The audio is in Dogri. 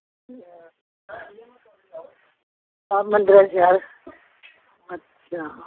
हां हां मंदरें दा शैह्र अच्छा